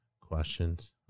questions